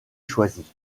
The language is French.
choisi